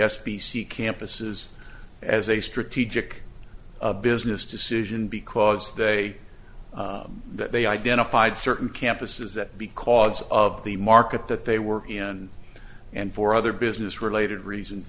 c campuses as a strategic business decision because they that they identified certain campuses that because of the market that they were in and for other business related reasons